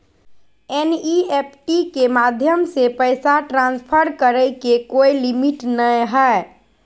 NEFT माध्यम से पैसा ट्रांसफर करे के कोय लिमिट नय हय